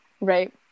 right